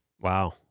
Wow